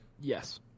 Yes